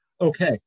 Okay